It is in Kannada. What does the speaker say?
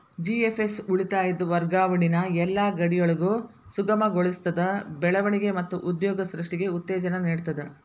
ಜಿ.ಎಫ್.ಎಸ್ ಉಳಿತಾಯದ್ ವರ್ಗಾವಣಿನ ಯೆಲ್ಲಾ ಗಡಿಯೊಳಗು ಸುಗಮಗೊಳಿಸ್ತದ, ಬೆಳವಣಿಗೆ ಮತ್ತ ಉದ್ಯೋಗ ಸೃಷ್ಟಿಗೆ ಉತ್ತೇಜನ ನೇಡ್ತದ